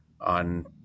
on